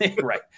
right